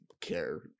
care